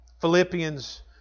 Philippians